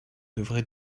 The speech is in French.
devrait